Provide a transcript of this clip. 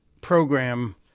program